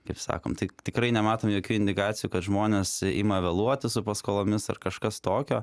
kaip sakom tai tikrai nematom jokių indikacijų kad žmonės ima vėluoti su paskolomis ar kažkas tokio